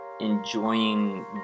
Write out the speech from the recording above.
enjoying